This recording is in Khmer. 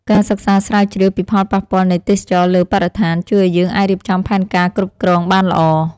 ការសិក្សាស្រាវជ្រាវពីផលប៉ះពាល់នៃទេសចរណ៍លើបរិស្ថាន ជួយឱ្យយើងអាចរៀបចំផែនការគ្រប់គ្រងបានល្អ។